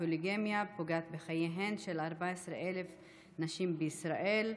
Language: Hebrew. הפוליגמיה פוגעת בחייהן של 14,000 נשים בישראל,